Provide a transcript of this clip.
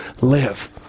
live